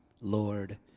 Lord